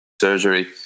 Surgery